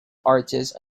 artist